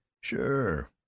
Sure